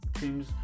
teams